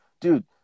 Dude